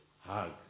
hug